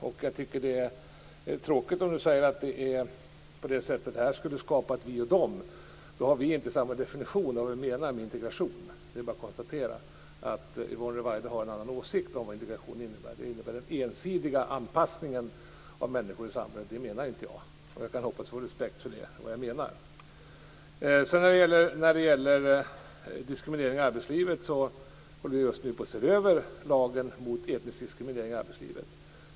Det är tråkigt om Yvonne Ruwaida menar att det skulle skapa ett vi-och-de-tänkande. Då har vi inte samma definition av integration. Det är bara att konstatera att Yvonne Ruwaida har en annan åsikt om vad integration innebär, nämligen den ensidiga anpassningen av människor i samhället. Det menar inte jag. Jag kan hoppas att få respekt för vad jag menar. Vi håller på att se över lagen mot etnisk diskriminering i arbetslivet.